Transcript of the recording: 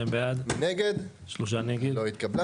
הצבעה בעד, 2 נגד, 3 נמנעים, 0 הרביזיה לא התקבלה.